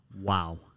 Wow